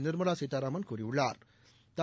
நிா்மலா சீதாராமன் கூறியுள்ளாா்